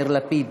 יאיר לפיד,